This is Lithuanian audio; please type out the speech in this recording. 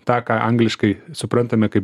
tą ką angliškai suprantame kaip